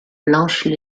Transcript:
blanches